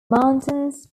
mountains